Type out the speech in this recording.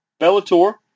Bellator